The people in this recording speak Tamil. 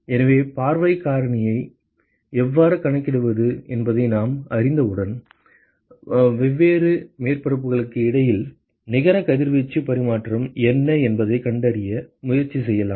எனவே பார்வைக் காரணியை எவ்வாறு கணக்கிடுவது என்பதை நாம் அறிந்தவுடன் வெவ்வேறு மேற்பரப்புகளுக்கு இடையில் நிகர கதிர்வீச்சு பரிமாற்றம் என்ன என்பதைக் கண்டறிய முயற்சி செய்யலாம்